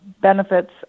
benefits